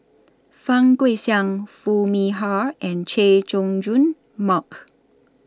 Fang Guixiang Foo Mee Har and Chay Jung Jun Mark